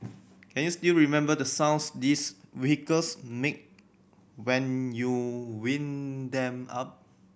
can you still remember the sounds these vehicles make when you wind them up